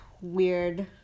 weird